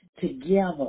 together